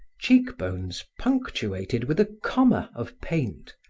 cheekbones punctuated with a comma of paint,